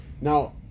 Now